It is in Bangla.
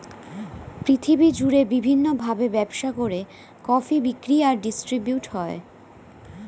পৃথিবী জুড়ে বিভিন্ন ভাবে ব্যবসা করে কফি বিক্রি আর ডিস্ট্রিবিউট হয়